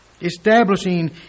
establishing